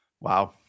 Wow